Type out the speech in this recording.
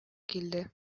килде